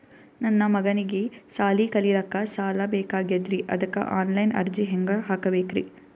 ನನ್ನ ಮಗನಿಗಿ ಸಾಲಿ ಕಲಿಲಕ್ಕ ಸಾಲ ಬೇಕಾಗ್ಯದ್ರಿ ಅದಕ್ಕ ಆನ್ ಲೈನ್ ಅರ್ಜಿ ಹೆಂಗ ಹಾಕಬೇಕ್ರಿ?